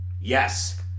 Yes